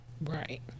Right